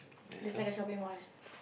there's like a shopping mall eh